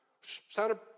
Sounded